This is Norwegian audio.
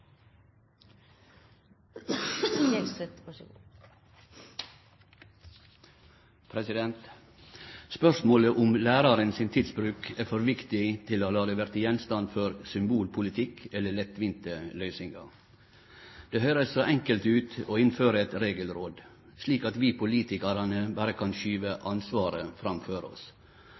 å la det verte gjenstand for symbolpolitikk eller lettvinte løysingar. Det høyrest så enkelt ut å innføre eit regelråd, slik at vi politikarar berre kan skyve ansvaret framfor oss.